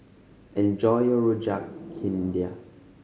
enjoy your Rojak India